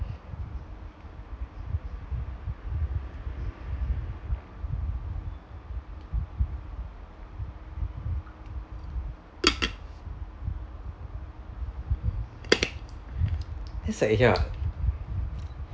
it's like ya